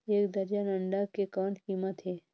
एक दर्जन अंडा के कौन कीमत हे?